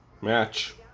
match